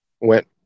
went